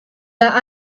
that